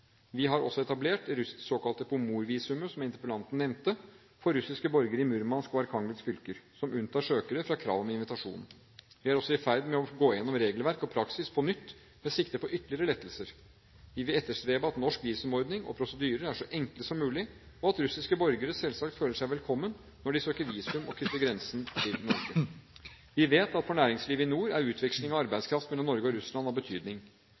Vi har også etablert det såkalte pomorvisumet, som interpellanten nevnte, for russiske borgere i Murmansk og Arkhangelsk fylker, som unntar søkerne fra kravet om invitasjon. Vi er også i ferd med å gå gjennom regelverk og praksis på nytt med sikte på ytterligere lettelser. Vi vil etterstrebe at norsk visumordning og prosedyrer er så enkle som mulig, og at russiske borgere selvsagt føler seg velkommen når de søker visum og krysser grensen til Norge. Vi vet at for næringslivet i nord er utveksling av arbeidskraft mellom Norge og Russland av betydning.